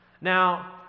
Now